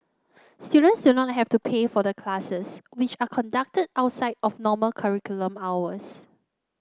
students do not have to pay for the classes which are conducted outside of normal curriculum hours